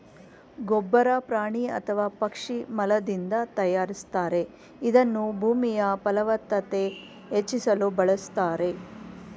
ಗೊಬ್ಬರ ಪ್ರಾಣಿ ಅಥವಾ ಪಕ್ಷಿ ಮಲದಿಂದ ತಯಾರಿಸ್ತಾರೆ ಇದನ್ನ ಭೂಮಿಯಫಲವತ್ತತೆ ಹೆಚ್ಚಿಸಲು ಬಳುಸ್ತಾರೆ